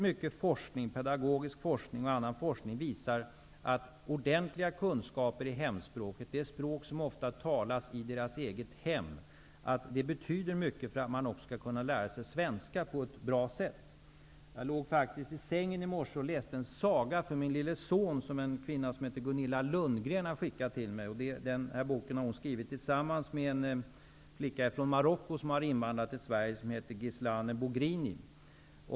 Mycken pedagogisk forskning och annan forskning visar att ordentliga kunskaper i hemspråket, det språk som ofta talas i deras eget hem, betyder mycket för att de också skall kunna lära sig svenska på ett bra sätt. Jag låg faktiskt i sängen i morse och läste för min lille son en saga, som en kvinna vid namn Gunilla Lundgren har skickat till mig. Den här boken har hon skrivit tillsammans med en flicka från Marocko, som har invandrat till Sverige och som heter Gisline Bogrini.